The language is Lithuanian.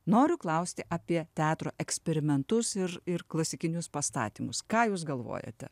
noriu klausti apie teatro eksperimentus ir ir klasikinius pastatymus ką jūs galvojate